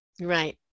Right